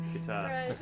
guitar